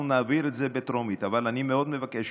אנחנו נעביר את זה בטרומית, אבל אני מאוד מבקש